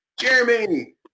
Jeremy